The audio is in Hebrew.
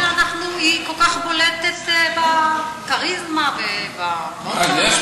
שכל כך בולטת בכריזמה ובעוד דברים?